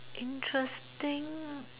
interesting